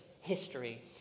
history